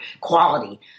quality